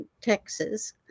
texas